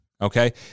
okay